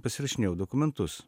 pasirašinėjau dokumentus